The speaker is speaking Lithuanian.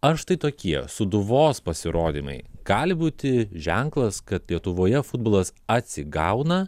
ar štai tokie sūduvos pasirodymai gali būti ženklas kad lietuvoje futbolas atsigauna